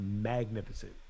magnificent